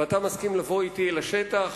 ואתה מסכים לבוא אתי לשטח.